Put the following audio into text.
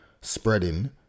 spreading